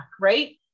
right